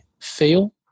feel